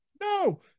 no